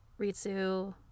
Ritsu